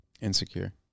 Insecure